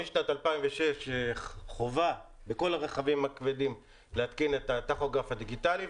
משנת 2006 חובה בכל הרכבים הכבדים להתקין את הטכוגרף הדיגיטלי,